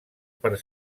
per